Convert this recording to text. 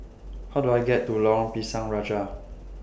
How Do I get to Lorong Pisang Raja